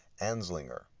Anslinger